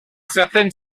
certaines